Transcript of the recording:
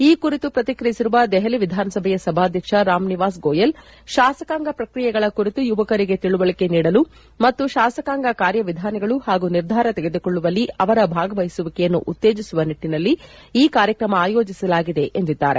ಈ ಕುರಿತು ಪ್ರತಿಕ್ರಿಯಿಸಿರುವ ದೆಹಲಿ ವಿಧಾನಸಭೆಯ ಸಭಾಧ್ಯಕ್ಷ ರಾಮ್ ನಿವಾಸ್ ಗೋಯಲ್ ಶಾಸಕಾಂಗ ಪ್ರಕ್ರಿಯೆಗಳ ಕುರಿತು ಯುವಕರಿಗೆ ತಿಳುವಳಿಕೆ ನೀಡಲು ಮತ್ತು ಶಾಸಕಾಂಗ ಕಾರ್ಯವಿಧಾನಗಳು ಹಾಗೂ ನಿರ್ಧಾರ ಶೆಗೆದುಕೊಳ್ಳುವಲ್ಲಿ ಅವರ ಭಾಗವಹಿಸುವಿಕೆಯನ್ನು ಉತ್ತೇಜಿಸುವ ನಿಟ್ಲಿನಲ್ಲಿ ಈ ಕಾರ್ಯಕ್ರಮ ಆಯೋಜಿಸಲಾಗಿದೆ ಎಂದಿದ್ದಾರೆ